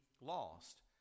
lost